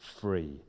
free